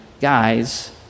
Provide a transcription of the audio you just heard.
guys